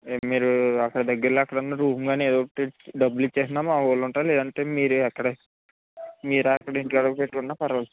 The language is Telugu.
మీరు అక్కడ దగ్గరలో ఎక్కడన్నారూమ్ గాని ఏదోకటి డబ్బులు ఇచ్చేసిన మావోళ్లు ఉంటారండి లేదంటే మీరే అక్కడే మీరే అక్కడే ఇంట్లో అందుకు పెట్టుకున్న పర్లే